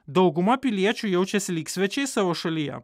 dauguma piliečių jaučiasi lyg svečiai savo šalyje